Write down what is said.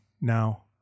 now